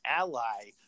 ally